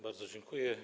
Bardzo dziękuję.